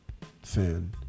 fan